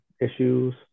issues